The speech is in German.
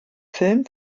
film